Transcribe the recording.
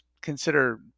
consider